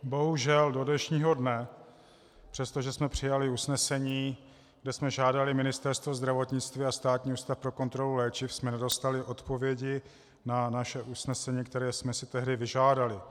Bohužel do dnešního dne, přestože jsme přijali usnesení, kde jsme žádali Ministerstvo zdravotnictví a Státní ústav pro kontrolu léčiv, jsme nedostali odpovědi na naše usnesení, které jsme si tehdy vyžádali.